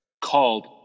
called